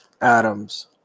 Adams –